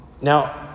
Now